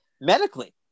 medically